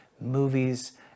movies